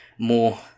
More